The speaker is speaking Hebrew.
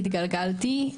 התגלגלתי,